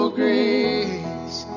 grace